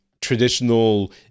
traditional